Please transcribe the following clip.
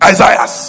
Isaiah